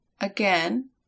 Again